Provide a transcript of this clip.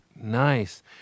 nice